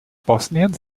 bosnien